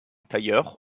tailleur